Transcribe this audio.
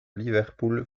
liverpool